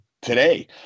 today